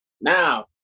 Now